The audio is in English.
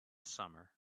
summer